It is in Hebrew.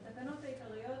בתקנות העיקריות,